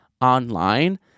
online